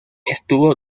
estuvo